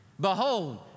Behold